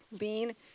Lean